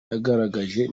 yagaragaje